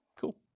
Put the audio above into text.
Cool